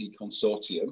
Consortium